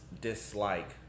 dislike